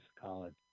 college